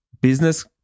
business